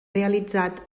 realitzat